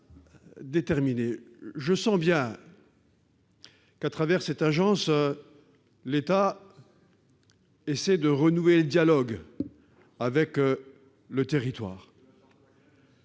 Je sens bien que l'État, à travers cette agence, essaie de renouer le dialogue avec le territoire.